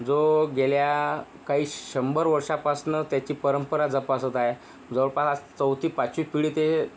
जो गेल्या काही शंभर वर्षापासनं त्याची परंपरा जोपासत आहे जवळपास चौथी पाचवी पिढी ते